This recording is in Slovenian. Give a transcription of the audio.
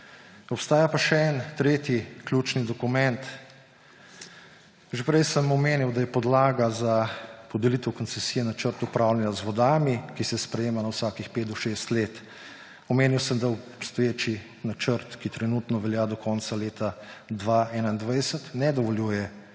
Obstaja pa še en, tretji ključni dokument. Že prej sem omenil, da je podlaga za podelitev koncesije načrt upravljanja z vodami, ki se sprejema na vsakih pet do šest let. Omenil sem, da obstoječi načrt, ki trenutno velja do konca leta 2021, ne dovoljuje